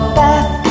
back